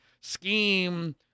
scheme